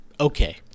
Okay